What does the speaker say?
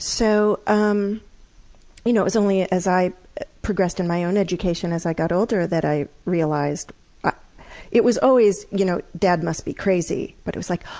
so um you know it was only as i progressed in my own education as i got older that i realized it was always, you know, dad must be crazy. but it was like,